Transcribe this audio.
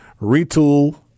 Retool